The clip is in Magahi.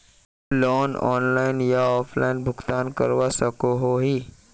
लोन ऑनलाइन या ऑफलाइन भुगतान करवा सकोहो ही?